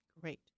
Great